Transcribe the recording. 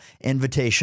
invitation